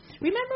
remember